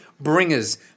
bringers